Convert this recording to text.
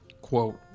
Quote